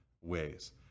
Ways